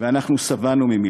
ואנחנו שבענו ממילים.